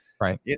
Right